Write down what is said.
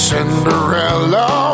Cinderella